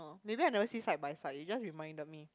maybe I never see side by side you just reminded me